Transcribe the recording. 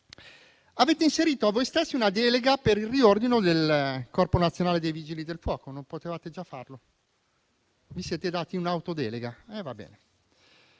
Avete inserito una delega per il riordino del Corpo nazionale dei vigili del fuoco. Non potevate già farlo? Vi siete dati un'autodelega. Avevate